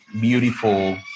beautiful